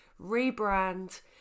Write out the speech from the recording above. rebrand